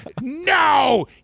no